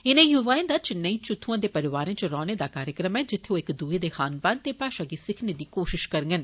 इनें य्वाएं दा चिन्नेई च उत्थ्आं दे परौआरें च रौहने दा कार्यक्रम ऐ जित्थे ओ इक दुए दे खानपान ते भाषा गी सिक्खने दी कोशिश करगंन